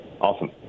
Awesome